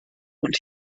und